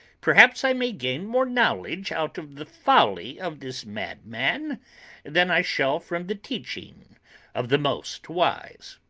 perhaps i may gain more knowledge out of the folly of this madman than i shall from the teaching of the most wise.